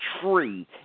tree